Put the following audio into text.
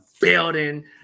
building